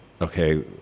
okay